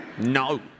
No